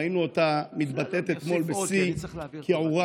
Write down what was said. וראינו אותה מתבטאת אתמול בשיא כיעורה,